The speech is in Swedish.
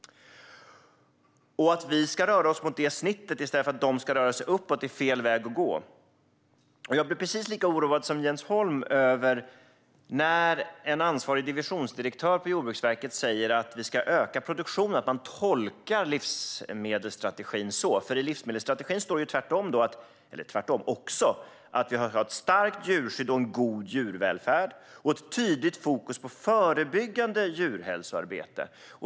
Att vi ska röra oss mot detta snitt i stället för att de rör sig uppåt är fel väg att gå. Jag blir precis lika oroad som Jens Holm över att en ansvarig divisionsdirektör på Jordbruksverket tolkar livsmedelsstrategin så här för att vi ska öka produktionen. I livsmedelsstrategin står det ju också att vi ska ha ett starkt djurskydd och en god djurvälfärd samt ett tydligt fokus på förebyggande djurhälsoarbete.